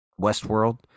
Westworld